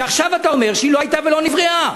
שעכשיו אתה אומר שהיא לא הייתה ולא נבראה.